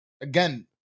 again